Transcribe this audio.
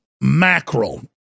mackerel